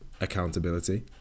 accountability